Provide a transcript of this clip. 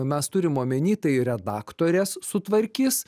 mes turim omeny tai redaktorės sutvarkys